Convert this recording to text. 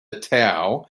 towel